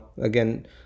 again